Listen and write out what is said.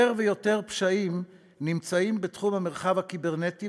יותר ויותר פשעים נמצאים בתחום המרחב הקיברנטי,